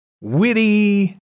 witty